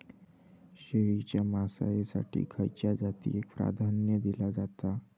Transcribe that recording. शेळीच्या मांसाएसाठी खयच्या जातीएक प्राधान्य दिला जाता?